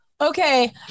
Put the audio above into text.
Okay